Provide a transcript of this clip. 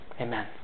Amen